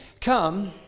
come